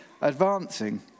advancing